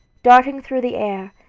darting through the air,